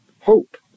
hope